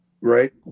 right